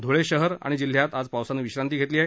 धुळे शहर आणि जिल्ह्यात आज पावसानं विश्रांती घेतली आहे